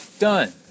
done